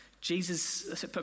Jesus